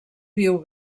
viu